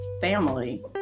family